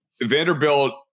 Vanderbilt